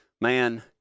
man